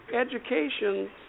education